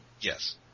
Yes